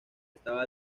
estaba